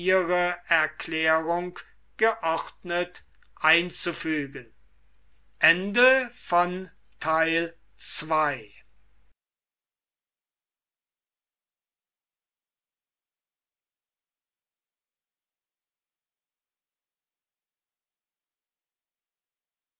erklärung geordnet einzufügen